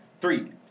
Three